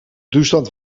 toestand